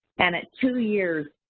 and at two years,